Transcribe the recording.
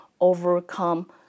overcome